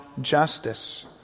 justice